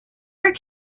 air